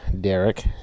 Derek